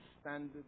standard